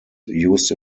used